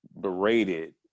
berated